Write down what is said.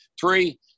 three